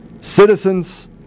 citizens